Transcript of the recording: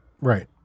Right